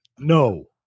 No